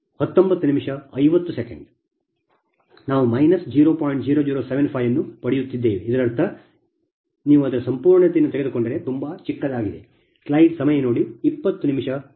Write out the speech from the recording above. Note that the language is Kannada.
0075 ಅನ್ನು ಪಡೆಯುತ್ತಿದ್ದೇವೆ ಇದರರ್ಥ ಎಂದು ನೀವು ಅದರ ಸಂಪೂರ್ಣತೆಯನ್ನು ತೆಗೆದುಕೊಂಡರೆ ತುಂಬಾ ಚಿಕ್ಕದಾಗಿದೆ ಎಂದು